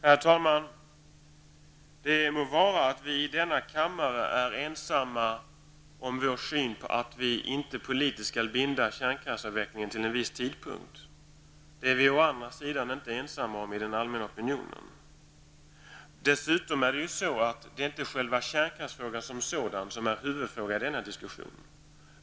Herr talman! Det må vara att vi i denna kammare är ensamma om synen på att vi inte politiskt skall binda kärnkraftsavvecklingen till en viss tidpunkt. Å andra sidan är vi inte ensamma om denna syn i den allmänna opinionen. Dessutom är inte själva kärnkraftsfrågan huvudfrågan i denna diskussion.